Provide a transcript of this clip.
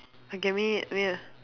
give me a name ah